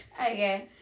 Okay